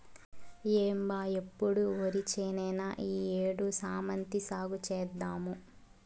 ఏం బా ఎప్పుడు ఒరిచేనేనా ఈ ఏడు శామంతి సాగు చేద్దాము